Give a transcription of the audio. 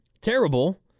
terrible